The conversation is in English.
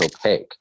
opaque